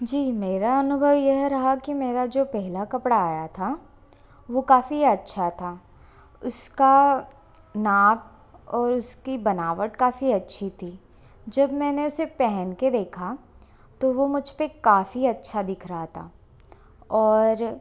जी मेरा अनुभव यह रहा कि मेरा जो पहले कपड़ा आया था वो काफ़ी अच्छा था उसका नाप और उसकी बनावट काफ़ी अच्छी थी जब मैंने उसे पहन के देखा तो वो मुझ पर काफ़ी अच्छा दिख रहा था और